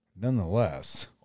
nonetheless